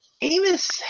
Amos